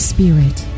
Spirit